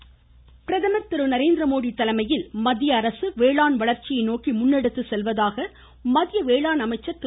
மாநிலங்களவை பிரதமர் திரு நரேந்திரமோடி தலைமையில் மத்திய அரசு வேளாண் வளர்ச்சியை நோக்கி முன்னெடுத்து செல்வதாக மத்திய வேளாண் அமைச்சர் திரு